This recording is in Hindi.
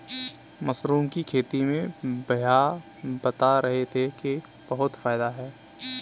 मशरूम की खेती में भैया बता रहे थे कि बहुत फायदा है